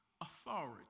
authority